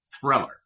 thriller